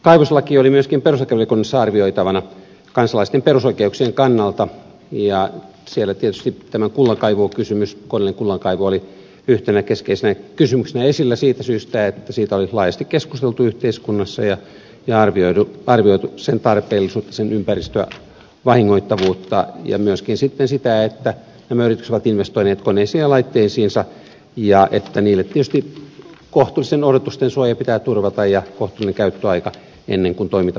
kaivoslaki oli myöskin perustuslakivaliokunnassa arvioitavana kansalaisten perusoikeuksien kannalta ja siellä tietysti tämä kullankaivukysymys koneellinen kullankaivu oli yhtenä keskeisenä kysymyksenä esillä siitä syystä että siitä on nyt laajasti keskusteltu yhteiskunnassa ja arvioitu sen tarpeellisuutta sen vahingoittavuutta ympäristölle ja myöskin sitten sitä että nämä yritykset ovat investoineet koneisiin ja laitteisiinsa ja että niille tietysti kohtuullisten odotusten suoja pitää turvata ja kohtuullinen käyttöaika ennen kuin toiminta voidaan kieltää